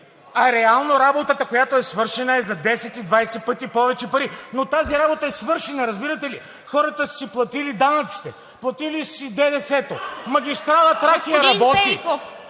а реално работата, която е свършена, е за 10 и 20 пъти повече пари, но тази работа е свършена, разбирате ли? Хората са си платили данъците, платили са си ДДС-то! Магистрала „Тракия“ работи!